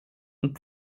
und